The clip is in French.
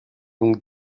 donc